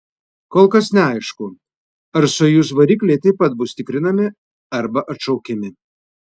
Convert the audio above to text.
kol kas neaišku ar sojuz varikliai taip pat bus tikrinami arba atšaukiami